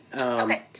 Okay